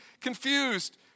confused